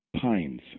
pines